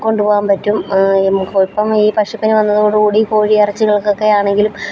കൊണ്ടുപോവാൻ പറ്റും നമുക്ക് കുഴപ്പം ഈ പക്ഷിപ്പനി വന്നതോടുകൂടി കോഴിയിറച്ചികൾക്കൊക്കെ ആണെങ്കിലും